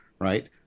right